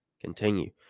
continue